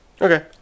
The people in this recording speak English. okay